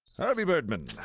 harvey birdman,